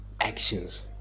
actions